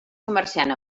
comerciant